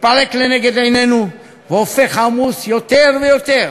מתפרק לנגד עינינו והופך עמוס יותר ויותר